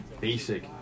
basic